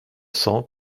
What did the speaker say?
cent